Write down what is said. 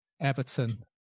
Everton